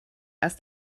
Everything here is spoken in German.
erst